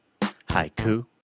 Haiku